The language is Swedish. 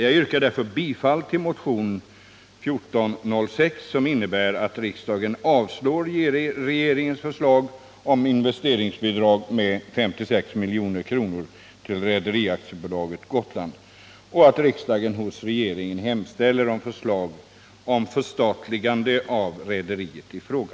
Jag yrkar därför bifall till motionen 1406 som innebär att riksdagen avslår regeringens förslag om investeringsbidrag med 56 milj.kr. till Rederi AB Gotland och att riksdagen hos regeringen hemställer om förslag till förstatligande av rederiet i fråga.